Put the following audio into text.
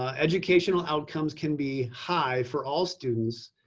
ah educational outcomes can be high for all students,